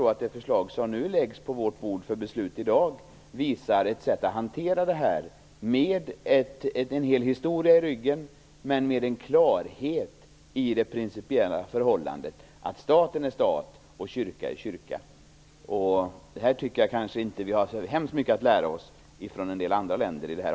Det förslag som läggs på riksdagens bord i dag för beslut visar ett sätt att hantera detta. Det skall hanteras med en del historia i ryggen och med en klarhet över det principiella förhållandet att staten är stat och kyrka är kyrka. I det här avseendet tycker jag inte att vi har så hemskt mycket att lära oss från andra länder.